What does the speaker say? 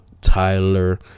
Tyler